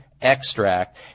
extract